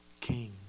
king